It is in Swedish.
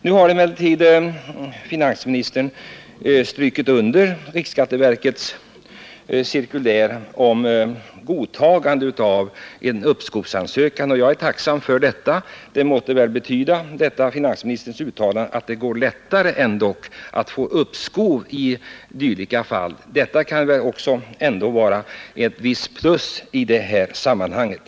Nu har emellertid finansministern strukit under riksskatteverkets cirkulär om godtagande av en uppskovsansökan. Jag är tacksam för detta. Finansministerns uttalande måste väl betyda att det blir lättare att få uppskov i dylika fall. Detta kan ändock vara ett visst plus i det här sammanhanget.